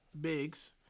bigs